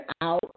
out